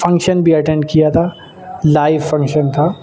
function بھی attend کیا تھا لائیو فنکشن تھا